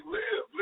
live